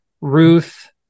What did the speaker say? Ruth